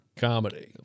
comedy